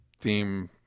theme